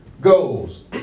goals